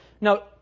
Now